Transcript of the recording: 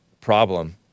problem